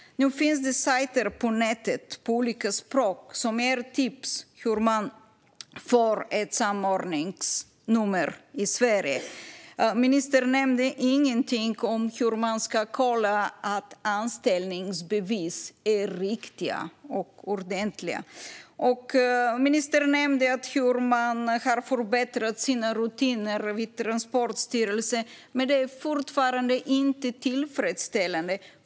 Nu finns det sajter på nätet på olika språk som ger tips om hur man får ett samordningsnummer i Sverige. Ministern nämnde ingenting om hur man ska kolla att anställningsbevis är riktiga och ordentliga. Ministern nämnde hur man har förbättrat sina rutiner vid Transportstyrelsen. Men det är fortfarande inte tillfredsställande.